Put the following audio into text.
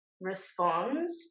responds